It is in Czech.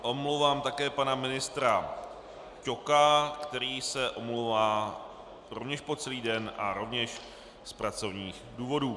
Omlouvám také pana ministra Ťoka, který se omlouvá rovněž po celý den a rovněž z pracovních důvodů.